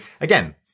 again